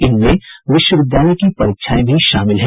इनमें विश्वविद्यालय की परीक्षाएं भी शामिल हैं